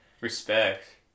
respect